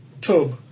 tub